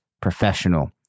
professional